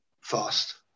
fast